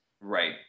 Right